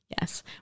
yes